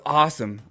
awesome